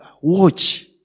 watch